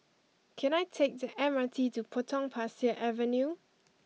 can I take the M R T to Potong Pasir Avenue